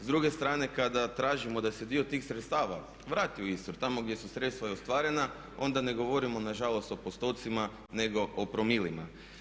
S druge strane kada tražimo da se dio tih sredstava vrati u Istru tamo gdje su sredstva i ostvarena onda ne govorimo nažalost o postocima nego o promilima.